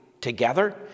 together